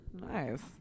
Nice